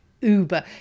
uber